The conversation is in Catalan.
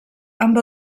amb